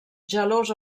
gelós